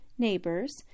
neighbors